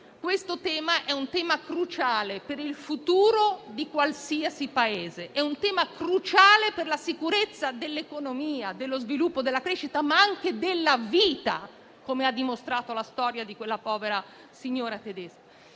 Questo è un tema cruciale per il futuro di qualsiasi Paese e per la sicurezza dell'economia, dello sviluppo, della crescita, ma anche della vita, come ha dimostrato la storia di quella povera signora tedesca.